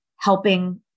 helping